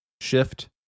shift